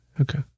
Okay